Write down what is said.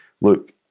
look